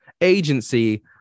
agency